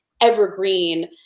evergreen